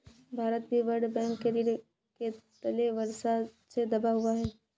भारत भी world bank के ऋण के तले वर्षों से दबा हुआ है